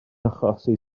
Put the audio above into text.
achosi